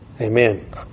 Amen